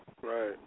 Right